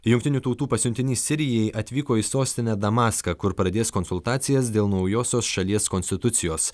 jungtinių tautų pasiuntinys sirijai atvyko į sostinę damaską kur pradės konsultacijas dėl naujosios šalies konstitucijos